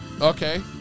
Okay